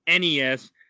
NES